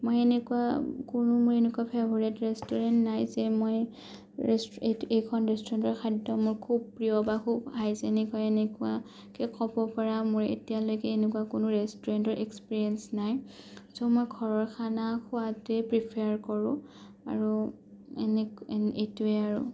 মই এনেকুৱা কোনো মোৰ এনেকুৱা ফেবৰেট ৰেষ্টুৰেণ্ট নাই যে মই এইখন ৰেষ্টুৰেণ্টৰ খাদ্য মোৰ খুব প্ৰিয় বা হাইজেনিক হয় এনেকুৱাকৈ ক'ব পৰা মোৰ এতিয়ালৈকে এনেকুৱা কোনো ৰেষ্টুৰেণ্টৰ এক্সপিৰিয়েঞ্চ নাই চ' মই ঘৰৰ খানা খোৱাতোৱে প্ৰিফাৰ কৰোঁ আৰু এইটোৱে আৰু